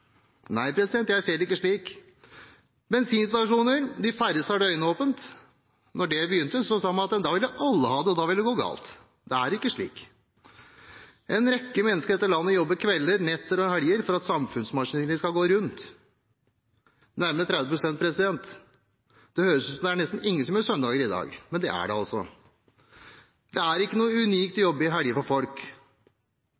jeg det ikke slik. De færreste bensinstasjoner har døgnåpent. Da man begynte med det, sa man at da ville alle ha det, og da ville det gå galt, men det gikk ikke slik. En rekke mennesker i dette landet jobber kvelder, netter og helger for at samfunnsmaskineriet skal gå rundt, nærmere 30 pst. Det høres ut som om nesten ingen jobber på søndager i dag, men det gjør det altså. Det er ikke unikt